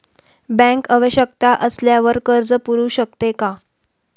Bank आवश्यकता असल्यावर कर्ज पुरवू शकते का?